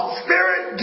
spirit